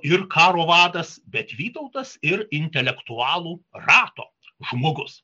ir karo vadas bet vytautas ir intelektualų rato žmogus